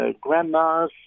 grandma's